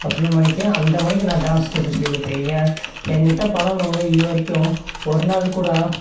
அப்படிங்குற மாரிக்கி அந்த மாரிக்கி நான் டான்ஸ் ஸ்டெப்பு சொல்லிக் கொடுத்துருக்கேன் என் கிட்டே பழகுனவங்க இது வரைக்கும் ஒரு நாள் கூட